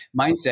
mindset